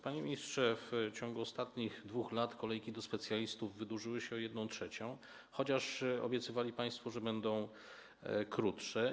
Panie ministrze, w ciągu ostatnich 2 lat kolejki do specjalistów wydłużyły się o 1/3, chociaż obiecywali państwo, że będą krótsze.